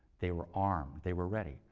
they were armed. they were ready.